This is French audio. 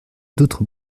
d’autres